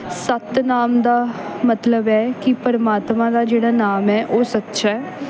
ਸਤਿ ਨਾਮੁ ਦਾ ਮਤਲਬ ਹੈ ਕਿ ਪਰਮਾਤਮਾ ਦਾ ਜਿਹੜਾ ਨਾਮ ਹੈ ਉਹ ਸੱਚ ਹੈ